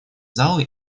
залы